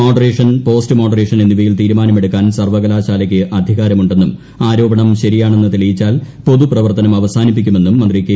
moderation post moderation എന്നിവയിൽ തീരുമാനമെടുക്കാൻ സർവ്വകലാശാലയ്ക്ക് അധികാരമുണ്ടെന്നും ആരോപണം ശരിയാണെന്ന് തെളിയിച്ചാൽ പൊതുപ്രവർത്തനം അവസാനിപ്പിക്കുമെന്നും മന്ത്രി കെ